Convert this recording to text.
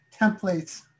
templates